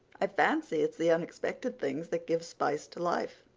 i fancy it's the unexpected things that give spice to life.